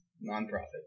non-profit